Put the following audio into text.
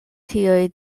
tiuj